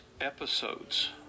episodes